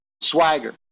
swagger